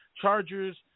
Chargers